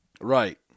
Right